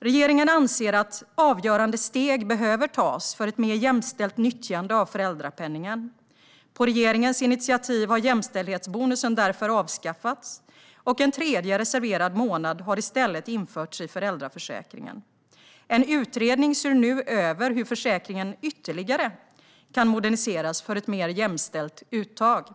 Regeringen anser att avgörande steg behöver tas för ett mer jämställt nyttjande av föräldrapenningen. På regeringens initiativ har jämställdhetsbonusen därför avskaffats, och en tredje reserverad månad har i stället införts i föräldraförsäkringen. En utredning ser nu över hur försäkringen ytterligare kan moderniseras för ett mer jämställt uttag.